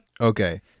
Okay